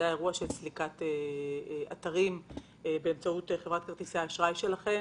זה היה אירוע של סליקת אתרים באמצעות חברת כרטיסי אשראי שלכם,